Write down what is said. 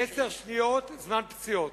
עשר שניות זמן פציעות.